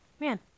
Man